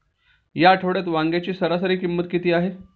या आठवड्यात वांग्याची सरासरी किंमत किती आहे?